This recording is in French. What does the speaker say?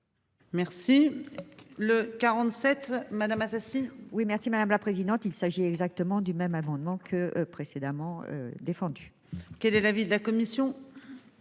Merci. Le 47, madame Assassi. Oui merci madame la présidente. Il s'agit exactement du même abondement que précédemment défendu. Quel est l'avis de la commission.